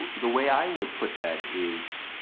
the way i would put that is